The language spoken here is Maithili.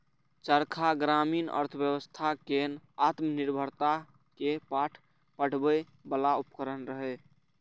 चरखा ग्रामीण अर्थव्यवस्था कें आत्मनिर्भरता के पाठ पढ़बै बला उपकरण रहै